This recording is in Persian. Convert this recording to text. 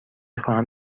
خواهم